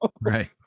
Right